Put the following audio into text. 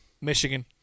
Michigan